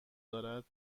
دارد